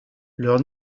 leur